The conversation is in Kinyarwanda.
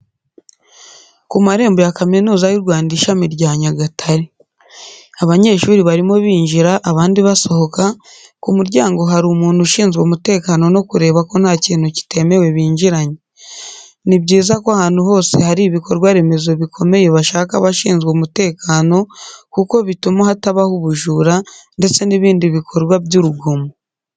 Kumarembo ya kaminuza y'u Rwanda ishami rya Nyagatare. Abanyeshuri barimo binjira abandi basohoka, Ku muryango hari umntu ushinzwe umutekano no kureba ko ntakintu kitemewe binjiranye. Ni byiza ko ahantu hose hari ibikorwaremezo bikomeye bashaka abashinze umutekano kuko bituma hatabaho ubujura ndetse n'ibindi bikorwa by'urugomo.